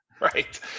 Right